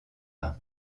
vingt